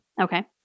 Okay